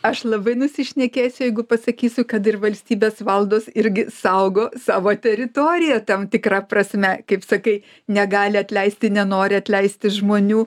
aš labai nusišnekėsiu jeigu pasakysiu kad ir valstybės valdos irgi saugo savo teritoriją tam tikra prasme kaip sakai negali atleisti nenori atleisti žmonių